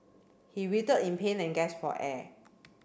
he in pain and gasped for air